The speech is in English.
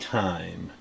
time